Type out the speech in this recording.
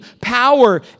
power